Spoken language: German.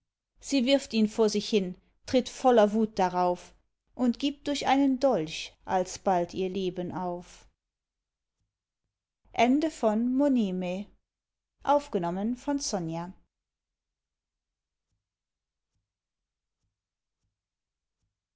sie wirft ihn vor sich hin tritt voller wut darauf und gibt durch einen dolch alsbald ihr leben auf